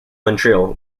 montreal